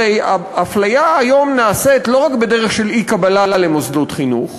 הרי היום הפליה נעשית לא רק בדרך של אי-קבלה למוסדות חינוך,